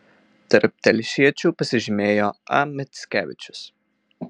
tarp telšiečių pasižymėjo a mickevičius